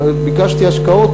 ביקשתי השקעות,